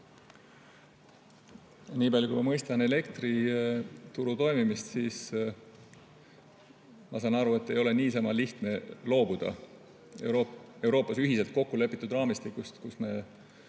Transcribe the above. Niipalju kui ma elektrituru toimimist mõistan, saan aru, et ei ole niisama lihtne loobuda Euroopas ühiselt kokku lepitud raamistikust, millega